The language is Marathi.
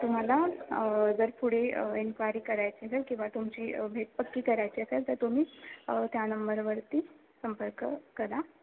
तुम्हाला जर पुढे एन्क्वायरी करायची असेल किंवा तुमची भेट पक्की करायची असेल तर तुम्ही त्या नंबरवरती संपर्क करा